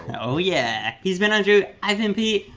oh yeah! he's been andrew. i've been pete,